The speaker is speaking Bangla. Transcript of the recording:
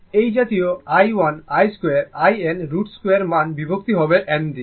এই জাতীয় i1 I2 in root2 মান বিভক্তি হবে n দিয়ে